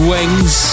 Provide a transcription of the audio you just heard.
Wings